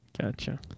Gotcha